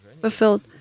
fulfilled